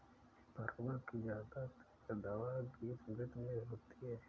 परवल की ज्यादातर पैदावार ग्रीष्म ऋतु में होती है